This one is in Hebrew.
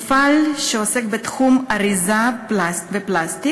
במפעל, שעוסק בתחום האריזה והפלסטיק,